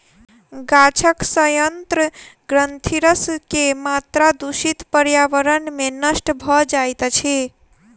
गाछक सयंत्र ग्रंथिरस के मात्रा दूषित पर्यावरण में नष्ट भ जाइत अछि